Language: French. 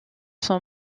sont